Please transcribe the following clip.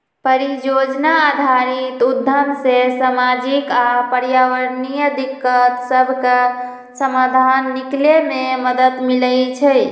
परिजोजना आधारित उद्यम से सामाजिक आऽ पर्यावरणीय दिक्कत सभके समाधान निकले में मदद मिलइ छइ